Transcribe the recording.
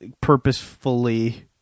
purposefully